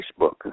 Facebook